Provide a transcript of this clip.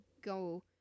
go